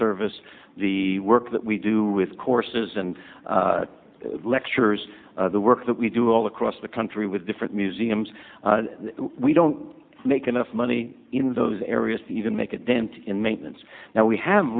service the work that we do with courses and lectures the work that we do all across the country with different museums we don't make enough money in those areas to even make a dent in maintenance now we have